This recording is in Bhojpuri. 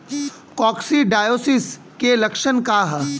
कोक्सीडायोसिस के लक्षण का ह?